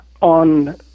on